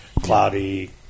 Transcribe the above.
Cloudy